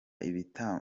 ibitaramo